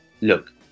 Look